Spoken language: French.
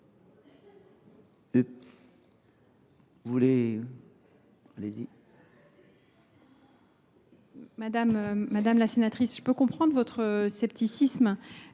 Madame la sénatrice, je peux comprendre votre scepticisme.